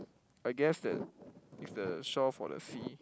I guess that it's the shore for the sea